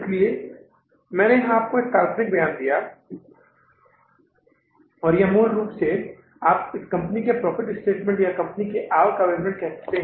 इसलिए मैंने आपको यहाँ काल्पनिक बयान दिया है और यह मूल रूप से आप इसे कंपनी का प्रॉफिट स्टेटमेंट या कंपनी का आय विवरण कह सकते हैं